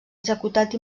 executat